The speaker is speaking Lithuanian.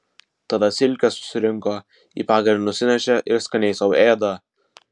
tada silkes susirinko į pagirį nusinešė ir skaniai sau ėda